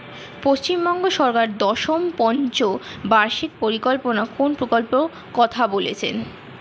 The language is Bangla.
পশ্চিমবঙ্গ সরকার দশম পঞ্চ বার্ষিক পরিকল্পনা কোন প্রকল্প কথা বলেছেন?